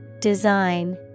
Design